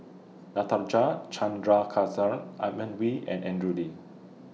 Natarajan Chandrasekaran Edmund Wee and Andrew Lee